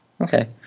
okay